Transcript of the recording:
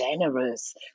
generous